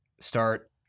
start